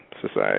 society